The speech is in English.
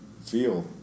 feel